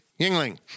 Yingling